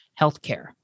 healthcare